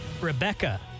Rebecca